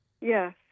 Yes